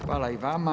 Hvala i vama.